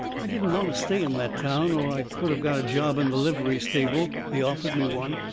i didn't want to stay in that town or i could of got a job in the livery stable. they offered me one,